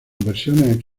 mencionadas